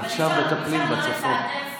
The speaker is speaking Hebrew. עכשיו מטפלים בצפון.